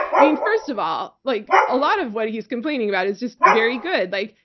i mean, first of all, like a lot of what he's complaining about is just very good. like,